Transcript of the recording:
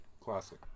classic